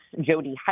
Jody